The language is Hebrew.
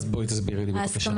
אז בואי תסבירי לי בבקשה.